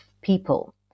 people